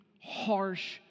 harsh